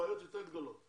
בעיות יותר גדולות.